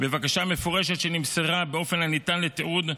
בבקשה מפורשת שנמסרה באופן הניתן לתיעוד,